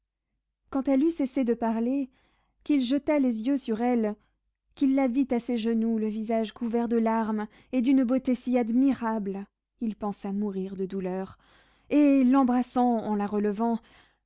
quand elle eut cessé de parler qu'il jeta les yeux sur elle qu'il la vit à ses genoux le visage couvert de larmes et d'une beauté si admirable il pensa mourir de douleur et l'embrassant en la relevant